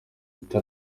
icyo